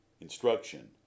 instruction